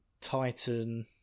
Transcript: titan